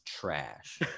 trash